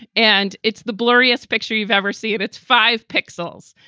and it's the blurry ass picture you've ever seen it. it's five pixels.